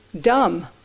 dumb